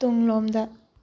ꯇꯨꯡꯂꯣꯝꯗ